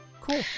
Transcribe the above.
cool